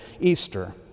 Easter